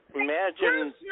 imagine